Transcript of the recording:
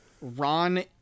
Ron